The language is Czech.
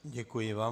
Děkuji vám.